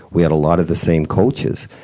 we had a lot of the same coaches,